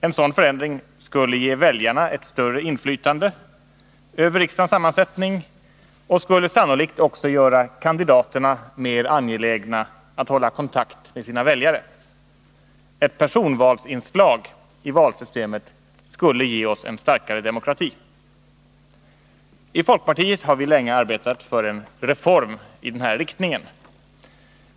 En sådan förändring skulle ge väljarna ett större inflytande över riksdagens sammansättning och skulle sannolikt också göra kandidaterna mer angelägna att hålla kontakt med sina väljare. Ett personvalsinslag i valsystemet skulle ge oss en starkare demokrati. Folkpartiet har länge arbetat för en reform i denna riktning.